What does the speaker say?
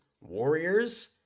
warriors